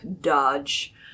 Dodge